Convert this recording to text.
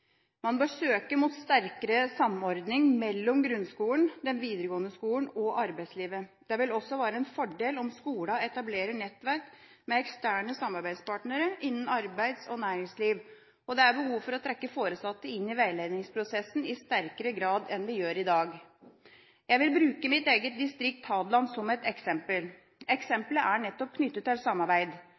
Man bør søke mot sterkere samordning mellom grunnskolen, den videregående skolen og arbeidslivet. Det vil også være en fordel om skolene etablerer nettverk med eksterne samarbeidspartnere innen arbeids- og næringsliv. Og det er behov for å trekke foresatte inn i veiledningsprosessen i sterkere grad enn vi gjør i dag. Jeg vil bruke mitt eget distrikt, Hadeland, som et eksempel. Eksempelet er nettopp knyttet til samarbeid.